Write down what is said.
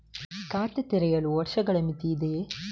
ಖಾತೆ ತೆರೆಯಲು ವರ್ಷಗಳ ಮಿತಿ ಇದೆಯೇ?